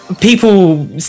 people